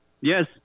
Yes